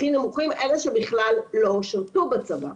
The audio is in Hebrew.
הכי נמוכים אלה שבכלל לא שירתו בצבא.